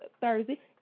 Thursday